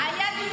היה דיון בוועדה.